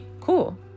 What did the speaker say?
Cool